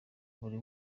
buri